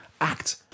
act